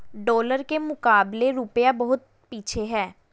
dollar के मुकाबले रूपया बहुत पीछे है